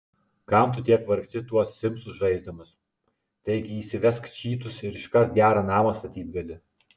kam tu tiek vargsti tuos simsus žaisdamas taigi įsivesk čytus ir iškart gerą namą statyt gali